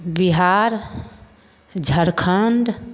Bihar Jharkhand